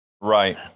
Right